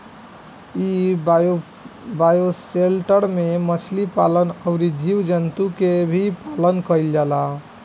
इ बायोशेल्टर में मछली पालन अउरी जीव जंतु के भी पालन कईल जाला